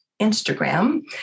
Instagram